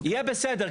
יהיה בסדר.